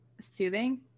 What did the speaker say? soothing